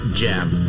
jam